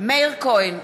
מאיר כהן,